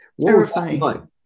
terrifying